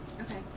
Okay